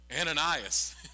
Ananias